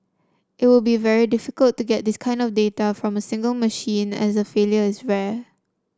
it would be very difficult to get this kind of data from a single machine as failure is rare